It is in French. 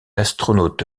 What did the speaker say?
astronaute